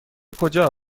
کجا